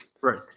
Right